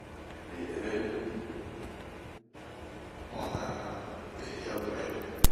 De'ere ,bun a be hiabuɛ.